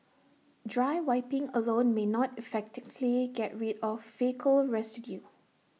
dry wiping alone may not effectively get rid of faecal residue